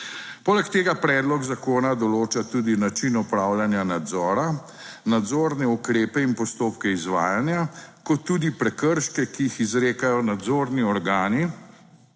Poleg tega predlog zakona določa tudi način opravljanja nadzora, nadzorne ukrepe in postopke izvajanja kot tudi prekrške, ki jih izrekajo nadzorni organi,